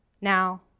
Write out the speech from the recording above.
Now